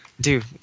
Dude